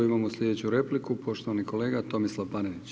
Imamo slijedeću repliku, poštovani kolega Tomislav Panenić.